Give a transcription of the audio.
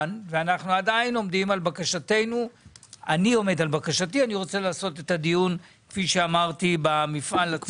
עדיין עומד על בקשתי לעשות את הדיון במפעל עצמו.